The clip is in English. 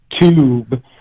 tube